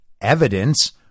evidence